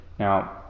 Now